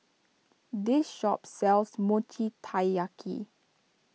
this shop sells Mochi Taiyaki